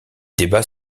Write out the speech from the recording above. débats